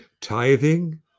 Tithing